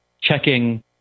checking